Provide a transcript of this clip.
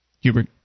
Hubert